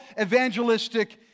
evangelistic